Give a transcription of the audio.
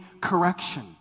correction